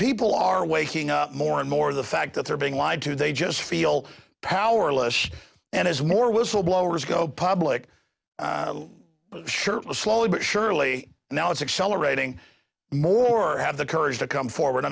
people are waking up more and more the fact that they're being lied to they just feel powerless and as more whistleblowers go public slowly but surely now it's accelerating more have the courage to come forward i